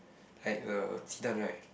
like the 鸡蛋:jidan right